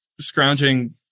scrounging